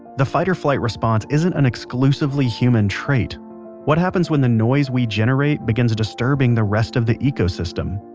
the fight or flight response isn't an exclusively human trait what happens when the noise we generate begins disturbing the rest of the ecosystem?